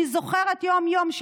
אני זוכרת יום-יום,